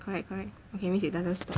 correct correct okay means it doesn't stop